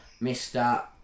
Mr